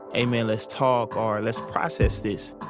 hey man, let's talk, or let's process this.